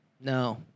No